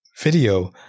video